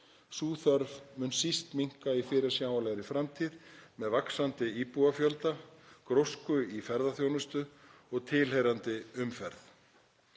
Sú þörf mun síst minnka í fyrirsjáanlegri framtíð með vaxandi íbúafjölda, grósku í ferðaþjónustu og tilheyrandi umferð.